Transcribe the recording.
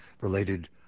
related